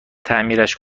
تعمیرش